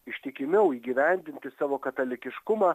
ištikimiau įgyvendinti savo katalikiškumą